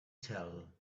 tell